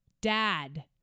Dad